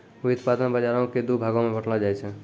व्युत्पादन बजारो के दु भागो मे बांटलो जाय छै